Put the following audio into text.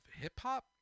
hip-hop